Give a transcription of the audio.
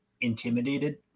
intimidated